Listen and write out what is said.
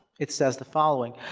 it says the following.